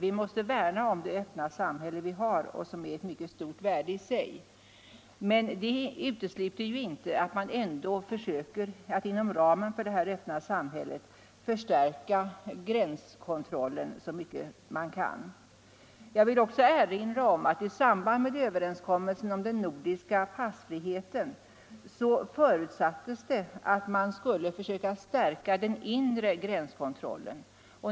Vi måste värna om det öppna samhälle som vi har och som är ett stort värde i sig. Men det utesluter inte att man inom ramen för det öppna samhället förstärker gränskontrollen så mycket som man kan. Jag vill också erinra om att det i samband med överenskommelsen om den nordiska passfriheten förutsattes, att man skulle försöka stärka den inre gränskontrollen.